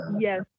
Yes